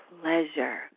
pleasure